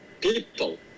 people